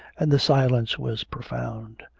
and the silence was profound.